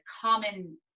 common